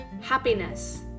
happiness